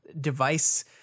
device